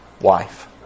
wife